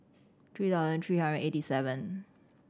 three thousand three hundred eighty seven